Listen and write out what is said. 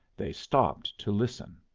they stopped to listen.